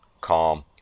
calm